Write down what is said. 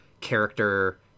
character